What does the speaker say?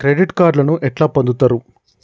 Credit కార్డులను ఎట్లా పొందుతరు?